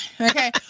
Okay